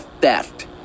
theft